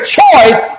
choice